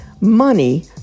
money